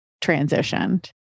transitioned